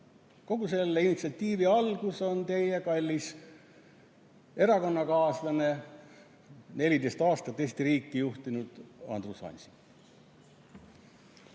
Kogu see initsiatiiv sai alguse teie kalli erakonnakaaslase, 14 aastat Eesti riiki juhtinud Andrus Ansipi